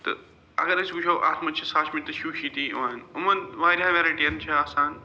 تہٕ اگر أسۍ وٕچھو اَتھ مَنٛز چھِ ساشمی تہٕ شوٗشی تہِ یِوان یِمَن واریاہ وٮ۪رایٹِیَن چھِ آسان